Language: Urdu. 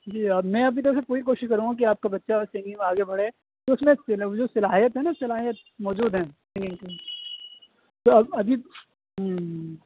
جی میں اپنی طرف سے پوری کوشش کروں گا کہ آپ کا بچہ سنگنگ میں آگے بڑھے کہ اس میں وہ جو صلاحیت ہے نا صلاحیت موجود ہے سنگنگ کی تو اب ابھی